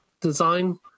design